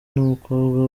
n’umukobwa